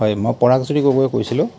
হয় মই পৰাগজ্যোতি গগৈয়ে কৈছিলোঁ